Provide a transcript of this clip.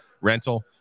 rental